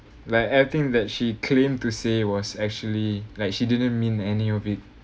like everything that she claim to say was actually like she didn't mean any of it